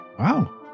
Wow